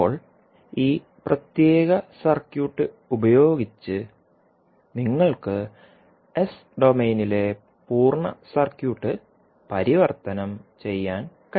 ഇപ്പോൾ ഈ പ്രത്യേക സർക്യൂട്ട് ഉപയോഗിച്ച് നിങ്ങൾക്ക് എസ് ഡൊമെയ്നിലെ പൂർണ്ണ സർക്യൂട്ട് പരിവർത്തനം ചെയ്യാൻ കഴിയും